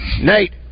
Nate